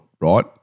right